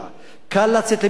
קל לצאת למלחמה,